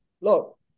look